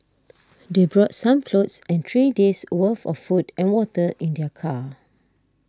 they brought some clothes and three days' worth of food and water in their car